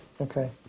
Okay